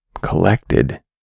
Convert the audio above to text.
collected